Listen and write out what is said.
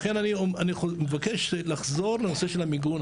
ולכן אני מבקש לחזור לנושא של המיגון,